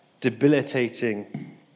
debilitating